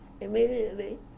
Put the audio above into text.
immediately